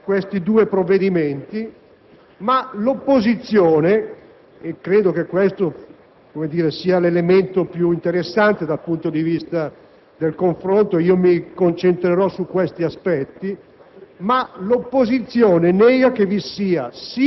C'è quindi una linea comune che lega questi due provvedimenti. L'opposizione però - credo che questo sia l'elemento più interessante dal punto di vista del confronto, ed io mi concentrerò su questi aspetti